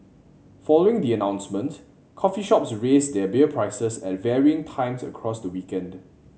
following the announcement coffee shops raised their beer prices at varying times across the weekend